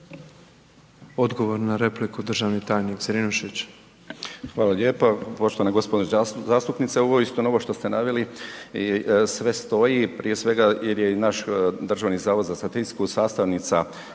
Odgovor na repliku državni tajnik Zrinušić. **Zrinušić, Zdravko** Hvala lijepa. Poštovana gospođo zastupnice, ovo je istina ovo što ste naveli sve stoji i prije svega jer je i naš Državni zavod za statistiku sastavnica